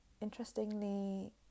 interestingly